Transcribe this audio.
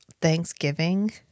Thanksgiving